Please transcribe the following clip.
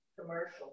Commercial